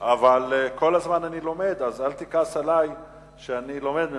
כל הזמן אני לומד, אז אל תכעס עלי שאני לומד ממך.